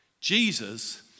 Jesus